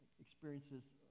experiences